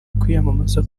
kwiyamamariza